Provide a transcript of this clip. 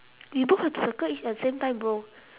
we both have to circle each at the same time bro